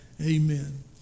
Amen